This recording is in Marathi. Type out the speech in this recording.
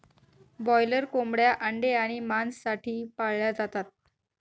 ब्रॉयलर कोंबड्या अंडे आणि मांस साठी पाळल्या जातात